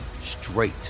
straight